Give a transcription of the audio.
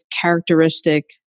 characteristic